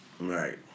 Right